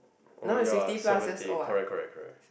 orh ya seventy correct correct correct